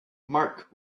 marc